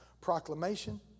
proclamation